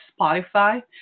Spotify